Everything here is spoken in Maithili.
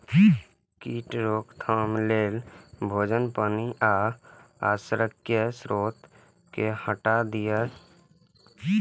कीट रोकथाम लेल भोजन, पानि आ आश्रयक स्रोत कें हटा दियौ